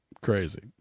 crazy